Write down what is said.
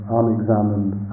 unexamined